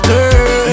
Girl